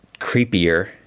creepier